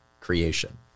creation